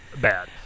bad